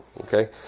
okay